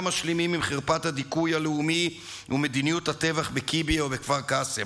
משלימים עם חרפת הדיכוי הלאומי ומדיניות הטבח בקיביה או בכפר קאסם,